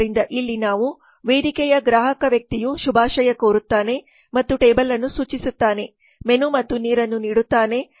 ಆದ್ದರಿಂದ ಇಲ್ಲಿ ನಾವು ವೇದಿಕೆಯ ಗ್ರಾಹಕ ವ್ಯಕ್ತಿಯು ಶುಭಾಶಯ ಕೋರುತ್ತಾನೆ ಮತ್ತು ಟೇಬಲ್ ಅನ್ನು ಸೂಚಿಸುತ್ತಾನೆ ಮೆನು ಮತ್ತು ನೀರನ್ನು ನೀಡುತ್ತಾನೆ